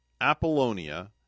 Apollonia